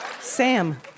Sam